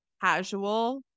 casual